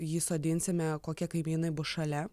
jį sodinsime kokie kaimynai bus šalia